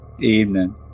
evening